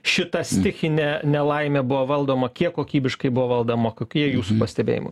šitą stichinė nelaimė buvo valdoma kiek kokybiškai buvo valdoma kokie jūsų pastebėjimai